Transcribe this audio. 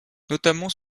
notamment